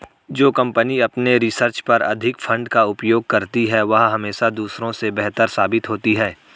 जो कंपनी अपने रिसर्च पर अधिक फंड का उपयोग करती है वह हमेशा दूसरों से बेहतर साबित होती है